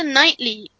Knightley